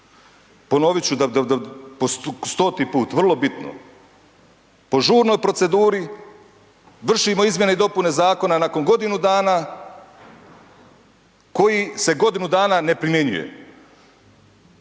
Ponovit ću po stoti put vrlo bitno, po žurnoj proceduri vršimo izmjene i dopune zakona nakon godinu dana koji se godinu dana ne primjenjuje,